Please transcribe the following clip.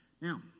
Now